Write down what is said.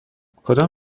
کدام